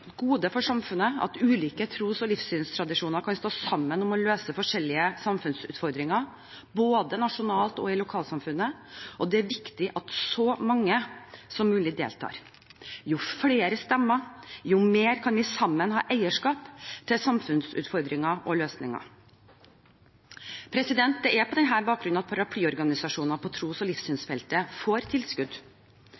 gode for samfunnet at ulike tros- og livssynstradisjoner kan stå sammen om å løse forskjellige samfunnsutfordringer, både nasjonalt og i lokalsamfunnet, og det er viktig at så mange som mulig deltar. Jo flere stemmer, jo mer kan vi sammen ha eierskap til samfunnsutfordringer og løsninger. Det er på denne bakgrunn paraplyorganisasjoner på tros- og